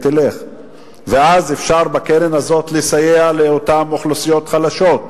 ואז אפשר בקרן הזאת לסייע לאותן אוכלוסיות חלשות,